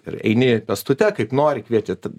ir eini pėstute kaip nori kvieti